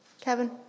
Kevin